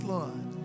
Lord